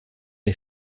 les